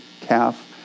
calf